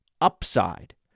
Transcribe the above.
upside